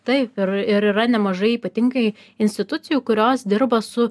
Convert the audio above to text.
taip ir ir yra nemažai ypatingai institucijų kurios dirba su